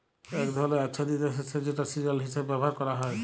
এক ধরলের আচ্ছাদিত শস্য যেটা সিরিয়াল হিসেবে ব্যবহার ক্যরা হ্যয়